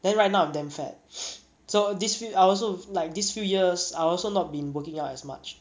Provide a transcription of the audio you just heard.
then right now I'm damn fat so this fe~ I also like this few years I also not been working out as much